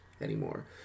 anymore